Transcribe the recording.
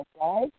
right